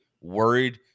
worried